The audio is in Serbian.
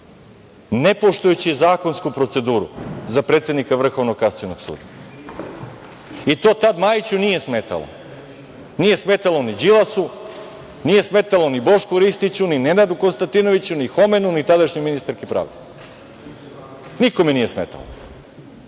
nepoštujući zakonsku proceduru za predsednika Vrhovnog kasacionog suda. I to tad Majiću nije smetalo, nije smetalo ni Đilasu, nije smetalo ni Bošku Ristiću, ni Nenadu Konstantinoviću, ni Homenu, ni tadašnjoj ministarki pravde. Nikome nije smetalo,